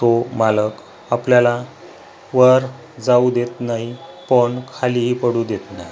तो मालक आपल्याला वर जाऊ देत नाही पण खालीही पडू देत नाही